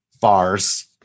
bars